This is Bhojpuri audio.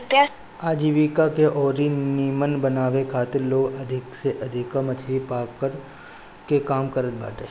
आजीविका के अउरी नीमन बनावे के खातिर लोग अधिका से अधिका मछरी पकड़े के काम करत बारे